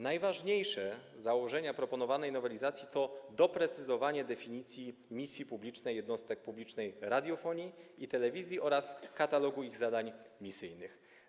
Najważniejsze założenia proponowanej nowelizacji to doprecyzowanie definicji misji publicznej jednostek publicznej radiofonii i telewizji oraz katalogu ich zadań misyjnych.